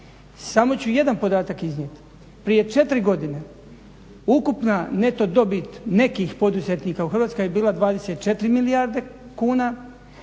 Samo ću jedan podatak iznijeti. Prije četiri godine ukupna neto dobit nekih poduzetnika u Hrvatskoj je bila 24 milijarde kuna,